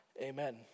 Amen